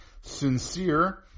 Sincere